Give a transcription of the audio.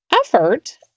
Effort